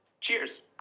Cheers